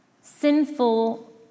sinful